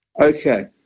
Okay